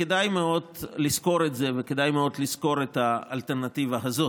כדאי מאוד לזכור את זה וכדאי מאוד לזכור את האלטרנטיבה הזאת,